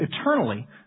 eternally